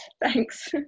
thanks